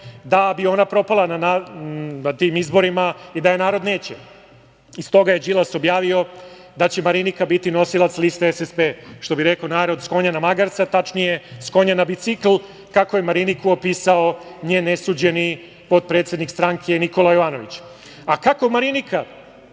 da bi ona propala na tim izborima i da je narod neće. Stoga je Đilas objavio da će Marinika biti nosilac liste SSP, što bi narod rekao – s konja na magarca, tačnije – s konja na bicikl, kako je Mariniku opisao njen nesuđeni potpredsednik stranke Nikola Jovanović.A kako Marinika